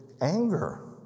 anger